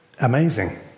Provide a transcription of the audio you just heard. amazing